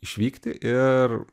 išvykti ir